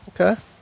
Okay